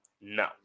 No